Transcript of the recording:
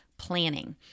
planning